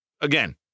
again